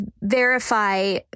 verify